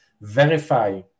verify